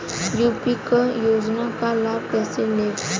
UP क योजना क लाभ कइसे लेब?